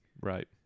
Right